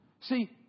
See